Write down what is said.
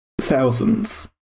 thousands